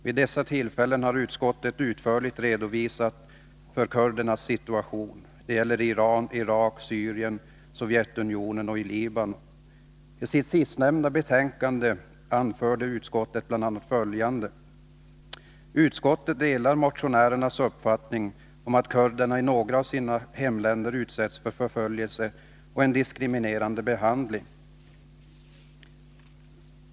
Vid dessa tillfällen har utskottet utförligt redovisat kurdernas situation i Turkiet, Iran, Irak, Syrien, Sovjetunionen och Libanon. I sitt betänkande 1981/82:7 anför utskottet att man delar motionärernas uppfattning att kurderna i några av sina hemländer ofta utsätts för förföljelse och diskriminerande behandling.